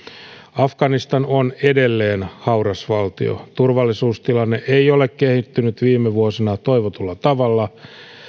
afganistan on edelleen hauras valtio turvallisuustilanne ei ole kehittynyt viime vuosina toivotulla tavalla